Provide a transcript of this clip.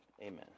amen